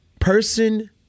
person